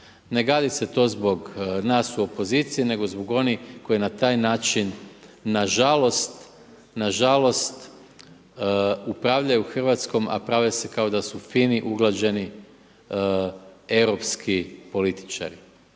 Ne gadi se to zbog nas u opoziciji, nego zbog onih koji na taj način na žalost upravljaju Hrvatskom, a prave se kao da su fini, uglađeni europski političari.